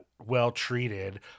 well-treated